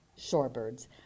shorebirds